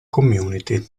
community